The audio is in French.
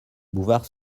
bouvard